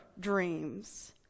dreams